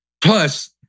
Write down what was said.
Plus